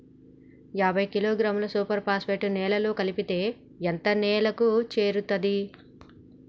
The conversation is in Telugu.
యాభై కిలోగ్రాముల సూపర్ ఫాస్ఫేట్ నేలలో కలిపితే ఎంత నేలకు చేరుతది?